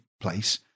place